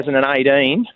2018